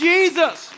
Jesus